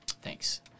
Thanks